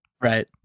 Right